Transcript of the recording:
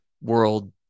world